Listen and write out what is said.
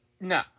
no